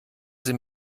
sie